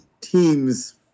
teams